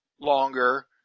longer